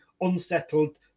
unsettled